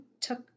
took